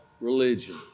religion